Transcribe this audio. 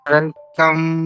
Welcome